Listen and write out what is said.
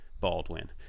Baldwin